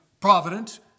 providence